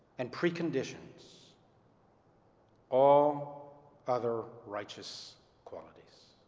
and preconditions all other righteous qualities.